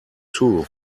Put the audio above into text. too